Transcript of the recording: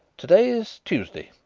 to-day is tuesday.